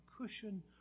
cushion